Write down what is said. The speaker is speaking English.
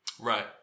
Right